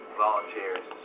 volunteers